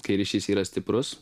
kai ryšys yra stiprus